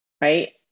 right